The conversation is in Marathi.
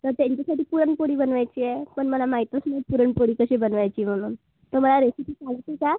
तर त्यांच्यासाठी पुरणपोळी बनवायची आहे पण मला माहितच नाही पुरणपोळी कशी बनवायची म्हणून तर मला रेसिपी सांगशील का